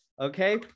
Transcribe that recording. okay